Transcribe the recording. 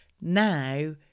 Now